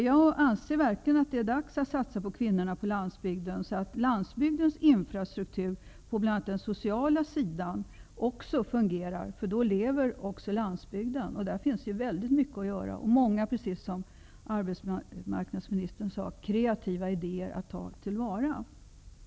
Jag anser att det verkligen är dags att satsa på kvinnorna på landsbygden, så att landsbygdens infrastruktur när det gäller bl.a. den sociala sidan också fungerar. Då lever också landsbygden. Det finns väldigt mycket att göra där, och -- precis som arbetsmarknadsministern sade -- det finns många kreativa idéer att ta till vara där.